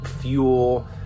fuel